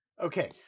okay